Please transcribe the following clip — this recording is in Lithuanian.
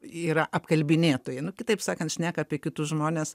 yra apkalbinėtojai nu kitaip sakant šneka apie kitus žmones